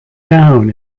down